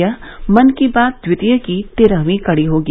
यह मन की बात द्वितीय की तेरहवीं कड़ी होगी